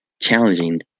challenging